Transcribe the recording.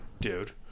dude